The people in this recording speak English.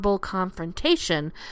confrontation